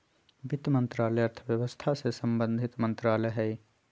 वित्त मंत्रालय अर्थव्यवस्था से संबंधित मंत्रालय हइ